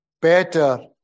Better